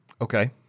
Okay